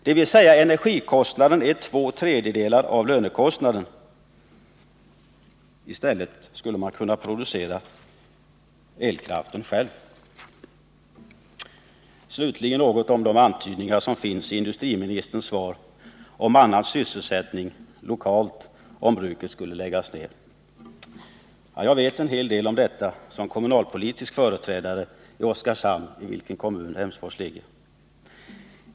Dvs. att energikostnaden är två tredjedelar av lönekostnaden. I stället skulle företaget självt kunna producera elkraften. Slutligen något om de antydningar som finns i industriministerns svar om annan sysselsättning lokalt, om bruket skulle läggas ned. Jag vet en hel del om detta som kommunalpolitisk företrädare i Oskarshamn, i vilken kommun Emsfors ligger.